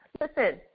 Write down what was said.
Listen